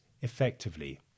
effectively